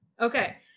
Okay